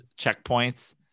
checkpoints